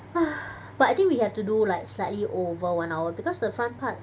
but I think we have to do like slightly over one hour because the front part